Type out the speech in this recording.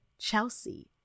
chelsea